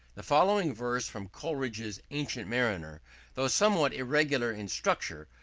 the following verse from coleridge's ancient mariner though somewhat irregular in structure,